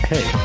Hey